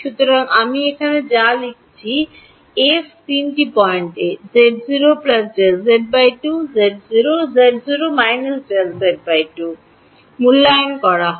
সুতরাং আমি এখানে যা লিখেছি এফ তিনটি point z0 Δz 2 z0 z0 z 2 এ মূল্যায়ন করা হয়